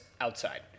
outside